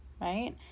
right